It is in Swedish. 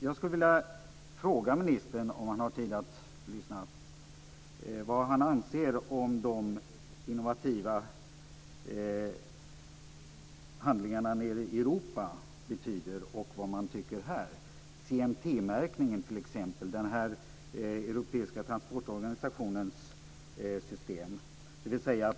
Jag skulle vilja fråga ministern, om han har tid att lyssna, vad han anser att de innovativa handlingarna nere i Europa betyder. Vad tycker man här? Det gäller t.ex. CMT-märkningen, dvs. den här europeiska transportorganisationens system.